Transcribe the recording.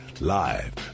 Live